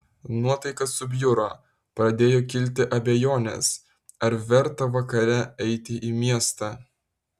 nuotaika subjuro pradėjo kilti abejonės ar verta vakare eiti į miestą